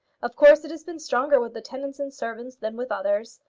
of course it has been stronger with the tenants and servants than with others.